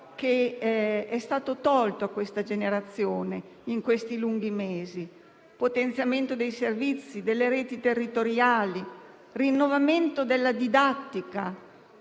che è stato tolto a questa generazione in questi lunghi mesi, potenziamento dei servizi e delle reti territoriali, rinnovamento della didattica,